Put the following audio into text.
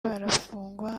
barafungwa